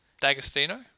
D'Agostino